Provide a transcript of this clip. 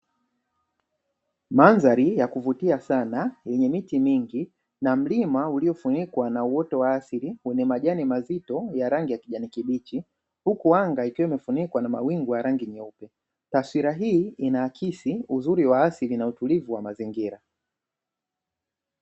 Mandhari ya kuvutia sana, yenye miti mingi na mlima uliofunikwa na uoto wa asili wenye majani mazito ya rangi ya kijani kibichi, huku anga ikiwa imefunikwa na rangi nyeupe. Taswira hii inaakisi uzuri wa asili na mazingira.